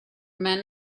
men